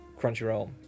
Crunchyroll